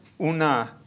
una